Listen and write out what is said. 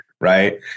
Right